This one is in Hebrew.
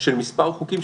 של מספר חוקים.